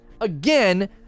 again